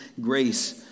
grace